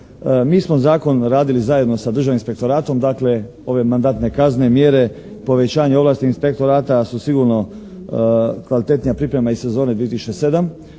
Mi smo zakon radili zajedno sa Državnim inspektoratom. Ove mandatne kazne, mjere, povećanje ovlasti inspektorata su sigurno kvalitetnija priprema i sezone 2007.